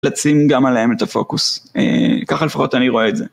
לשים גם עליהם את הפוקוס ככה לפחות אני רואה את זה.